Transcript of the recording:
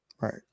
right